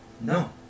No